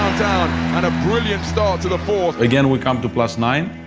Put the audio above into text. and a brilliant start to the fourth. again we come to plus nine,